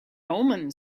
omen